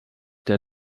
der